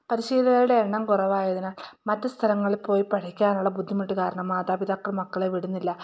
പരിശീലകരുടെ എണ്ണം കുറവായതിനാൽ മറ്റ് സ്ഥലങ്ങളിൽപ്പോയി പഠിക്കാനുള്ള ബുദ്ധിമുട്ട് കാരണം മാതാപിതാക്കൾ മക്കളെ വിടുന്നില്ല